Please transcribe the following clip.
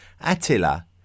Attila